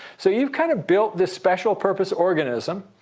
so you've kind of built this special purpose organism